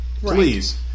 please